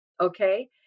Okay